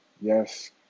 Yes